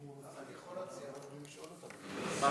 אי-אפשר להציע דיון בוועדה לביקורת המדינה?